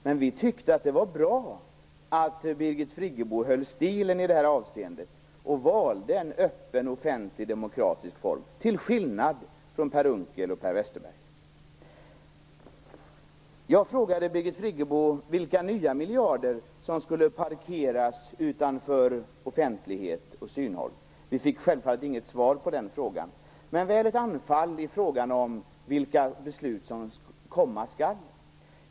Men vi tyckte att det var bra att Birgit Friggebo höll stilen i det här avseendet och valde en öppen offentlig demokratisk form till skillnad från Per Unckel och Per Jag frågade Birgit Friggebo vilka nya miljarder som skulle parkeras utanför offentlighet och utom synhåll. Vi fick självfallet inget svar på den frågan, men väl ett anfall i frågan om vilka beslut som komma skall.